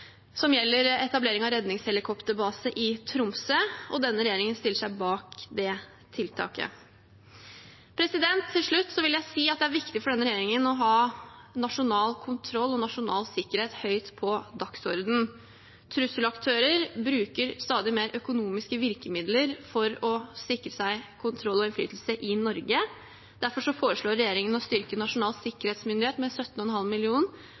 som gjelder etablering av redningshelikopterbase i Tromsø. Denne regjeringen stiller seg bak det tiltaket. Til slutt vil jeg si at det er viktig for denne regjeringen å ha nasjonal kontroll, nasjonal sikkerhet høyt på dagsordenen. Trusselaktører bruker i stadig større grad økonomiske virkemidler for å sikre seg kontroll og innflytelse i Norge. Derfor foreslår regjeringen å styrke Nasjonal sikkerhetsmyndighet med 17,5